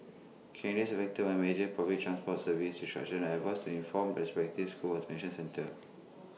candidates affected by major public transport service disruption are advised to inform their respective schools mention centres